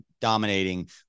dominating